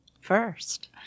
First